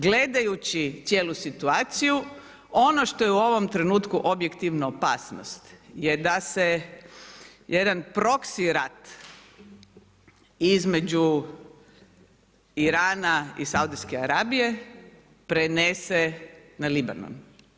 Gledajući cijelu situaciju ono što je u ovom trenutku objektivno opasnost je da se jedan „Proxy Rat“ između Irana i Saudijske Arabije prenese na Libanon.